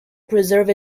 preserve